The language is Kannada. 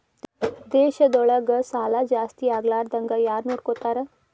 ದೇಶದೊಳಗ ಸಾಲಾ ಜಾಸ್ತಿಯಾಗ್ಲಾರ್ದಂಗ್ ಯಾರ್ನೊಡ್ಕೊತಾರ?